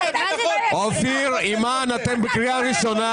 אופיר ואימאן, אתם בקריאה ראשונה.